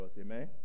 Amen